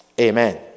Amen